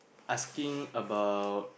asking about